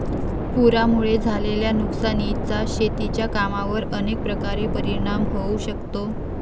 पुरामुळे झालेल्या नुकसानीचा शेतीच्या कामांवर अनेक प्रकारे परिणाम होऊ शकतो